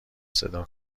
صدا